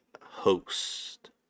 Host